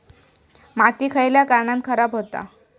माती खयल्या कारणान खराब हुता?